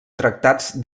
tractats